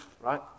right